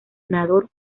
ganador